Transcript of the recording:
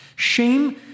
Shame